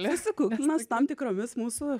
ne sakau mes tam tikromis mūsų